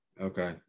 Okay